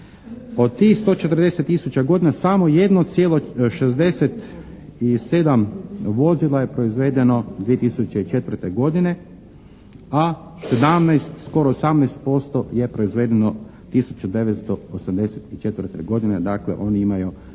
Od tih 140 tisuća godina samo 1,67 vozila je proizvedeno 2004. godine a 17, skoro 18% je proizvedeno 1984. godine, dakle oni imaju